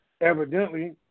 evidently